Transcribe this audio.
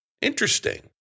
interesting